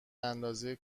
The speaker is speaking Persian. اندازه